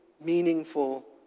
meaningful